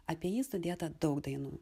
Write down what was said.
apie jį sudėta daug dainų